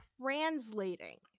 translating